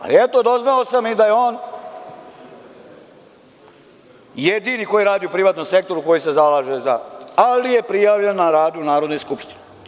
Ali, eto, doznao sam i da je on jedini koji radi u privatnom sektoru koji se zalaže za, ali je prijavljen na rad u Narodnoj skupštini.